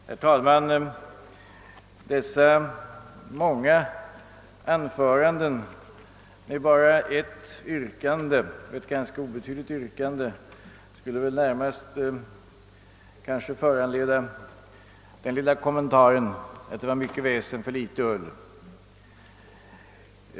Herr talman! Dessa många anföranden med bara ett för övrigt ganska obetydligt yrkande skulle väl närmast kunna föranleda den lilla kommentaren att det var mycket väsen och litet ull.